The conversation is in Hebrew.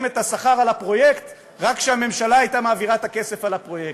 את השכר על הפרויקט רק כשהממשלה הייתה מעבירה את הכסף על הפרויקט,